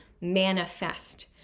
manifest